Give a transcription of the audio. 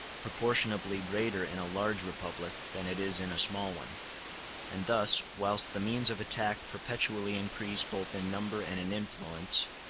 proportionably greater in a large republic than it is in a small one and thus, whilst the means of attack perpetually increase both in number and in influence,